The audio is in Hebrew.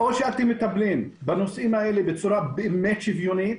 או שאתם מטפלים בנושאים האלה בצורה באמת שוויונית,